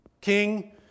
King